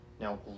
Now